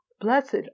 Blessed